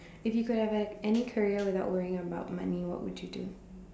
if you could have a any career without worrying about money what would you do